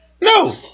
No